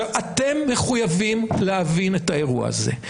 אתם מחויבים להבין את האירוע הזה.